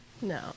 No